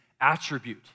attribute